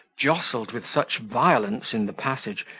jostled with such violence in the passage,